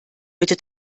bitte